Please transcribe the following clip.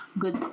good